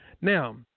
Now